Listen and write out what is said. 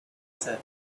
said